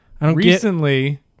Recently